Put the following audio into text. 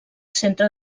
centre